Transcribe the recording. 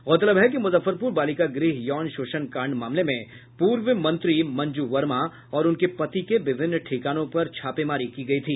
गौरतलब है कि मुजफ्फरपुर बालिका गृह यौन शोषण कांड मामले में पूर्व मंत्री मंजू वर्मा और उनके पति के विभिन्न ठिकानों पर छापेमारी की गयी थी